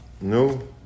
No